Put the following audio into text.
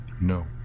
No